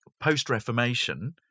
Post-Reformation